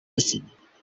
bakiriwe